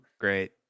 Great